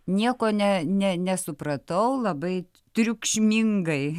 nieko ne ne nesupratau labai triukšmingai